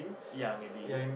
ya maybe